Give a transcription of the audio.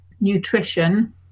nutrition